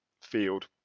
field